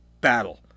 battle